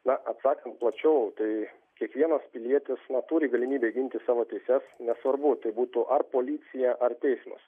na atsakant plačiau tai kiekvienas pilietis na turi galimybę ginti savo teises nesvarbu tai būtų ar policija ar teismas